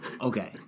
Okay